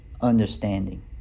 understanding